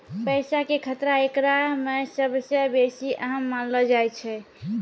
पैसा के खतरा एकरा मे सभ से बेसी अहम मानलो जाय छै